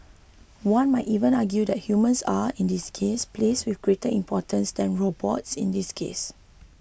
one might even argue that humans are in this case place with greater importance than robots in this case